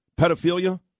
Pedophilia